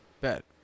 Bet